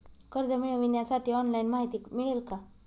कर्ज मिळविण्यासाठी ऑनलाइन माहिती मिळेल का?